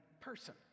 person